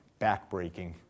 backbreaking